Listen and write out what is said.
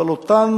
על אותן